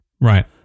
Right